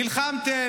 שנלחמתם,